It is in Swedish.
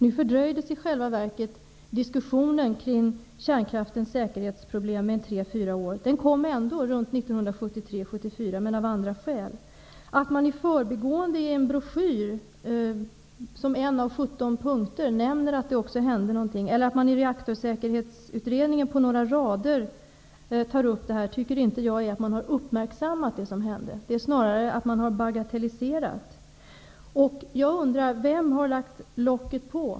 Nu fördröjdes i själva verket diskussionen kring kärnkraftens säkerhetsproblem med tre fyra år. Den kom ändå runt 1973--74, men av andra skäl. Att man i förbigående i en broschyr som en av 17 punkter nämner att det också hände någonting, eller att man i Reaktorsäkerhetsutredningen på några rader tar upp det tycker inte jag innebär att man har uppmärksammat det som hände. Det innebär snarare att man har bagatelliserat det. Jag undrar vem som har lagt locket på.